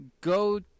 go